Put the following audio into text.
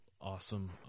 Awesome